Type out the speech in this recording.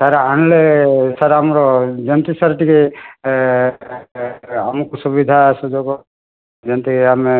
sir ଆଣିଲେ sir ଆମର ଯେମିତି ସାର୍ ଟିକିଏ ଆମକୁ ସୁବିଧା ସୁଯୋଗ ଯେମିତି ଆମେ